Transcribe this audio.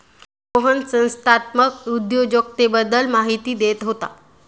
मोहन संस्थात्मक उद्योजकतेबद्दल माहिती देत होता